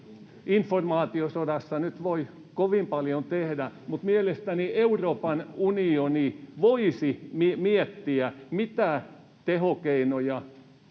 informaatiosodassa nyt voi kovin paljon tehdä, mutta mielestäni Euroopan unioni voisi miettiä, mitä tehokeinoja moderni